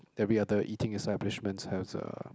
every other eating establishment has a